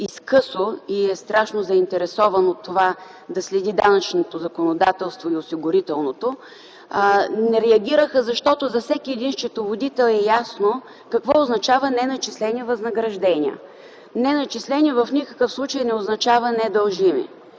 изкъсо и е страшно заинтересован от това да следи данъчното и осигурителното законодателство. Не реагираха, защото за всеки един счетоводител е ясно какво означава неначислени възнаграждения. Неначислени в никакъв случай не означава недължими.